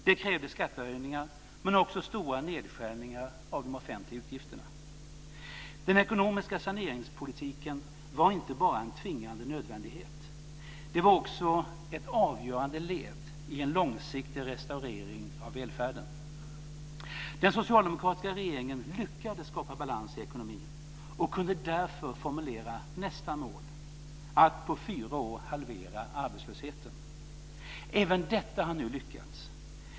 Det krävde skattehöjningar men också stora nedskärningar av de offentliga utgifterna. Den ekonomiska saneringspolitiken var inte bara en tvingande nödvändighet, det var också ett avgörande led i en långsiktig restaurering av välfärden. Den socialdemokratiska regeringen lyckades skapa balans i ekonomin och kunde därför formulera nästa mål, att på fyra år halvera arbetslösheten. Även detta har nu lyckats.